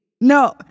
No